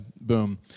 Boom